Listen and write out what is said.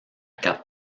quatre